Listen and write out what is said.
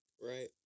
Right